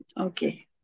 Okay